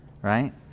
right